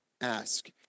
ask